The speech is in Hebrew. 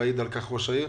ויעיד על כך ראש העיר,